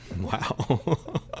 Wow